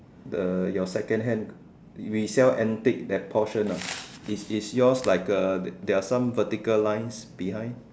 the your secondhand we sell antique that portion ah is is yours like a there are some vertical lines behind